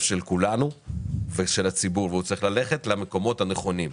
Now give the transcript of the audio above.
של כולנו ושל הציבור והוא צריך ללכת למקומות הנכונים,